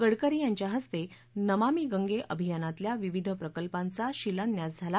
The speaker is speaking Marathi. गडकरी यांच्या हस्ते नमामि गंगे अभियानातल्या विविध प्रकल्पांचा शिलान्यासही झाला